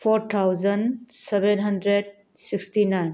four thousand seven hundred sixty nine